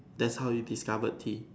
that's how you discovered tea